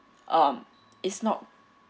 um it's not